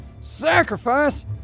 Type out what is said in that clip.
Sacrifice